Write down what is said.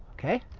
okay?